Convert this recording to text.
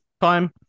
time